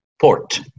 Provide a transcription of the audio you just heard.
port